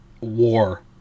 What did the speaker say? war